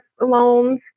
loans